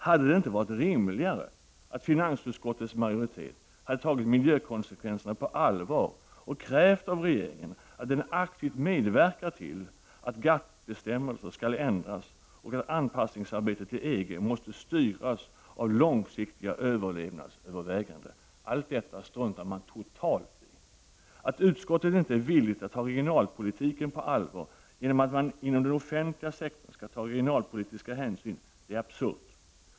Hade det inte varit rimligare att finansutskottets majoritet hade tagit miljökonsekvenserna på allvar och krävt av regeringen att den medverkar till att GATT-bestämmelser ändras och att arbetet på anpassning till EG måste styras av långsiktiga överlevnadsöverväganden? Allt detta struntar man totalt i. Att utskottet inte är villigt att ta regionalpolitiken på allvar, genom att ställa sig bakom vårt förslag om att man inom den offentliga sektorn skall ta regionalpolitiska hänsyn, det är absurt.